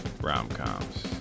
rom-coms